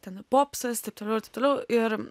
ten popsas taip toliau ir taip toliau ir